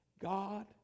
God